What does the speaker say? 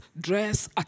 dress